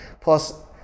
plus